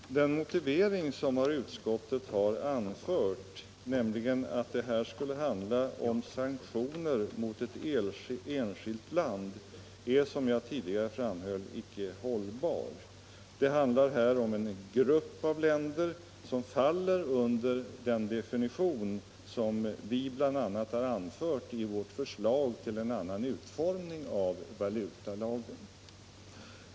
Herr talman! Den motivering som utskottet anfört, nämligen att det här skulle handla om sanktioner mot ett enskilt land, är som jag tidigare framhöll icke hållbar. Det handlar om en grupp av länder som faller under den definition som vi bl.a. anfört i vårt förslag till en annan utformning av valutalagen.